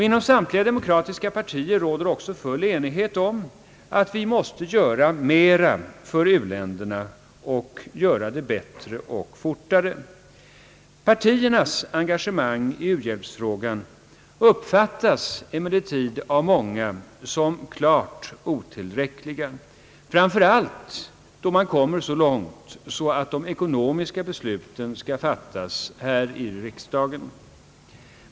Inom samtliga demokratiska partier råder också full enighet om att vi måste göra mera för u-länderna och göra det bättre och fortare. Partiernas engagemang i u-hjälpsfrågan uppfattas emellertid av många som klart otillräckligt, framför allt då man kommer så långt att de ekonomiska besluten skall fattas här i riksdagen.